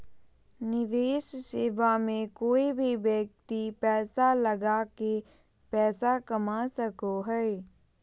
निवेश सेवा मे कोय भी व्यक्ति पैसा लगा के पैसा कमा सको हय